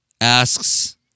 asks